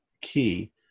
key